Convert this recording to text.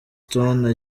stone